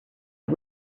are